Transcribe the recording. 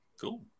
cool